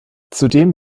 zudem